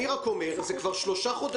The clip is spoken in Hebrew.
אני רק אומר: העסק הזה נמשך כבר שלושה חודשים,